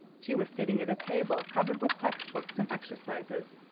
she was sitting at a table covered with text books and exercises,